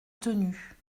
tenue